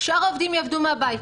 שאר העובדים יעבדו מהבית.